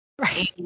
Right